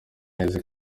neza